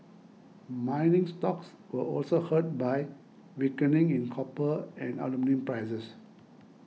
mining stocks were also hurt by weakening in copper and aluminium prices